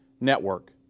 network